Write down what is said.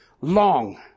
Long